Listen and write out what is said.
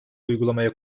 uygulamaya